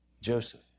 Joseph